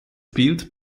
bild